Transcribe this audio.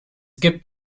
gibt